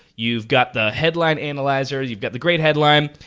you've got the headline analyzer, you've got the great headline.